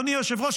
אדוני היושב-ראש,